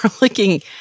looking